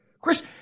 Chris